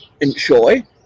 enjoy